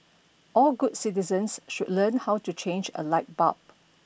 all good citizens should learn how to change a light bulb